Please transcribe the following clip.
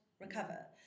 recover